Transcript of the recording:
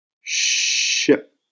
ship